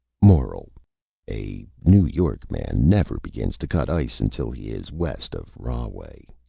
moral a new york man never begins to cut ice until he is west of rahway.